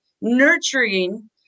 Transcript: nurturing